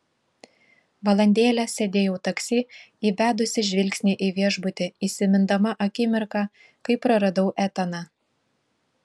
valandėlę sėdėjau taksi įbedusi žvilgsnį į viešbutį įsimindama akimirką kai praradau etaną